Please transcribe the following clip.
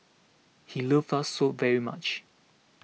he loved us so very much